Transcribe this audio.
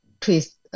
twist